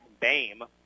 Bame